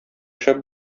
шәп